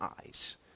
eyes